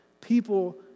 people